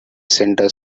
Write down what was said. center